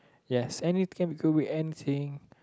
yes anything could be anything